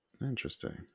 Interesting